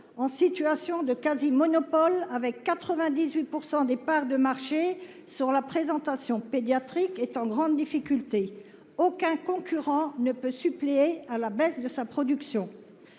en situation de quasi-monopole avec 98% des parts de marché sur la présentation pédiatrique est en grande difficulté, aucun concurrent ne peut suppléer à la baisse de sa production.